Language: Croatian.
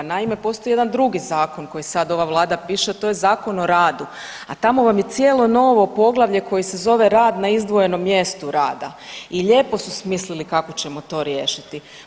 Naime, postoji jedan drugi zakon koji sad ova vlada piše, to je Zakon o radu, a tamo vam je cijelo novo poglavlje koje se zove rad na izdvojenom mjestu rada i lijepo su smislili kako ćemo to riješiti.